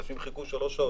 אנשים חיכו שלוש שעות.